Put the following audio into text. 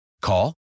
Call